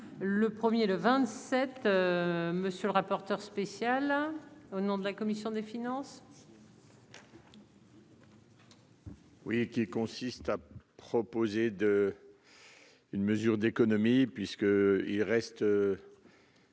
le premier, le vingt-sept, monsieur le rapporteur spécial au nom de la commission des finances. Oui, qui consiste à proposer de une mesure d'économie, puisque il reste.